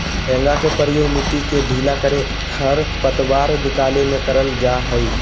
हेंगा के प्रयोग मिट्टी के ढीला करे, खरपतवार निकाले में करल जा हइ